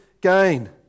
gain